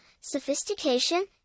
sophistication